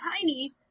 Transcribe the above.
tiny